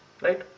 right